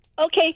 Okay